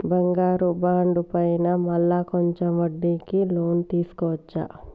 బంగారు బాండు పైన మళ్ళా కొంచెం వడ్డీకి లోన్ తీసుకోవచ్చా?